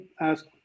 ask